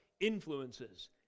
influences